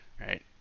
Right